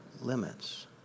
limits